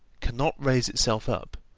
cannot raise itself up,